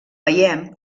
veiem